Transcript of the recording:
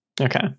Okay